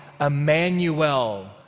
Emmanuel